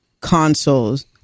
consoles